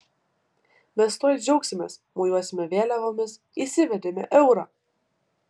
mes tuoj džiaugsimės mojuosime vėliavomis įsivedėme eurą